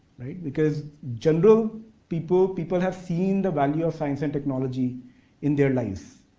because general people, people have seen the value of science and technology in their lives.